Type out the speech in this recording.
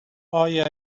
آیا